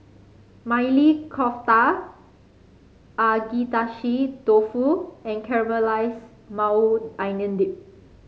Maili Kofta Agedashi Dofu and Caramelized Maui Onion Dip